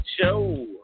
Show